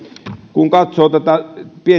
kun katsoo tätä